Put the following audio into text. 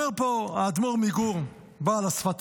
אומר פה האדמו"ר מגור, בעל השפת